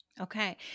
Okay